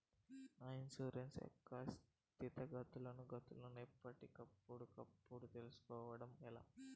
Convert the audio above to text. నా ఇన్సూరెన్సు యొక్క స్థితిగతులను గతులను ఎప్పటికప్పుడు కప్పుడు తెలుస్కోవడం ఎలా?